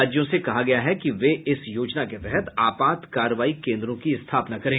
राज्यों से कहा गया है कि वे इस योजना के तहत आपात कार्रवाई केन्द्रों की स्थापना करें